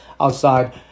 outside